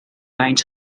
lines